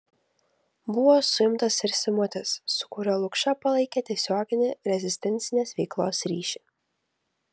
buvo suimtas ir simutis su kuriuo lukša palaikė tiesioginį rezistencinės veiklos ryšį